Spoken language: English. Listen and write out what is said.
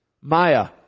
Maya